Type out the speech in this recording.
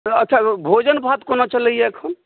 अच्छा भोजन भात कोना चलैया अखन